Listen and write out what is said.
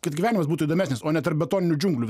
kad gyvenimas būtų įdomesnis o ne tarp betoninių džiunglių